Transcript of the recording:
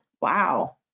wow